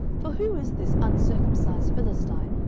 for who is this uncircumcised philistine,